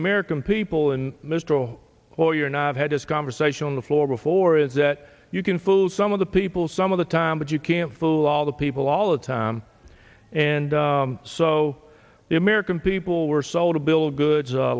american people and mr oh boy you're not had this conversation on the floor before is that you can fool some of the people some of the time but you can't fool all the people all the time and so the american people were sold a bill of goods